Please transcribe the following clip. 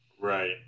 Right